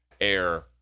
air